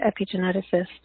epigeneticist